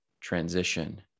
transition